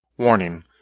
Warning